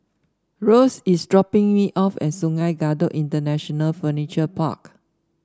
Russ is dropping me off at Sungei Kadut International Furniture Park